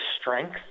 strength